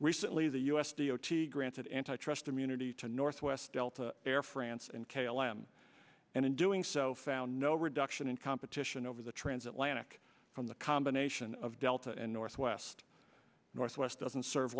recently the u s d o t granted antitrust immunity to northwest delta air france and k l m and in doing so found no reduction in competition over the transatlantic from the combination of delta and northwest northwest doesn't serve